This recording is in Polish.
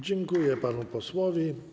Dziękuję panu posłowi.